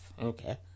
okay